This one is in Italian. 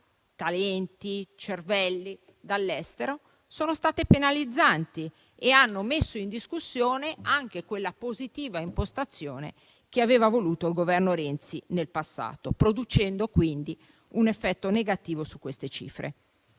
talenti e cervelli dall'estero sono state però penalizzanti e hanno messo in discussione anche quella positiva impostazione che aveva voluto il Governo Renzi nel passato, producendo così un effetto negativo su queste cifre.